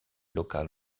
local